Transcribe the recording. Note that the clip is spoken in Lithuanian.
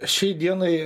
šiai dienai